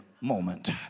moment